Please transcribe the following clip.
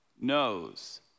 knows